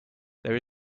there